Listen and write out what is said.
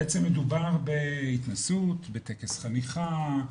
בעצם מדובר בהתנסות, בטקס חניכה.